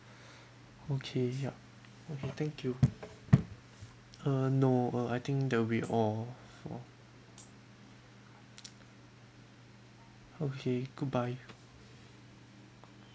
okay yup okay thank you uh no uh I think that will be all for okay goodbye